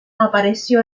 apareció